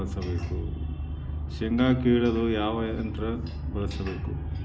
ಶೇಂಗಾ ಕೇಳಲು ಯಾವ ಯಂತ್ರ ಬಳಸಬೇಕು?